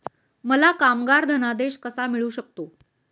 मला कामगार धनादेश कसा मिळू शकतो?